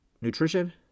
nutrition